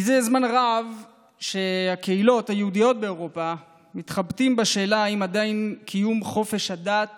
זה זמן רב שהקהילות היהודיות באירופה מתחבטות בשאלה אם עדיין חופש הדת